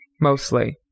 mostly